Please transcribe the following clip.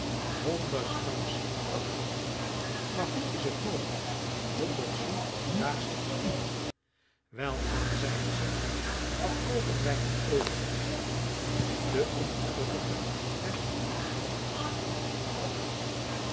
honderd francs dacht fantine maar hoe is het mogelijk honderd sous daags te verdienen welaan zeide zij verkoopen wij het overige de ongelukkige werd publieke vrouw